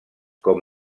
com